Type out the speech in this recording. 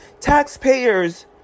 taxpayers